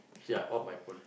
say I off my phone